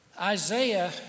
Isaiah